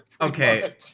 Okay